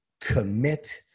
commit